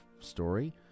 story